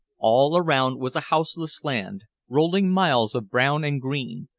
all around was a houseless land, rolling miles of brown and green,